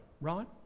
right